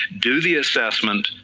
do the assessment,